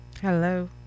hello